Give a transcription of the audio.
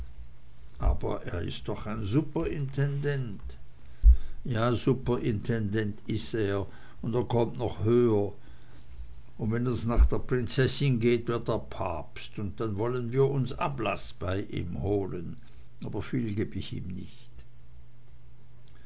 aber er is doch ein superintendent ja superintendent is er und er kommt auch noch höher und wenn es nach der prinzessin geht wird er papst und dann wollen wir uns ablaß bei ihm holen aber viel geb ich nicht